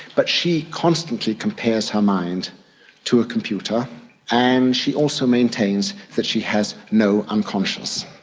but she constantly compares her mind to a computer and she also maintains that she has no unconscious.